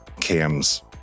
Cam's